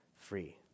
free